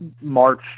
march